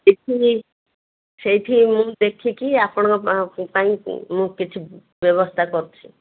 ଏଇଠି ସେଇଠି ମୁଁ ଦେଖିକି ଆପଣଙ୍କ ପାଇଁ ମୁଁ କିଛି ବ୍ୟବସ୍ଥା କରୁଛି